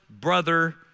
brother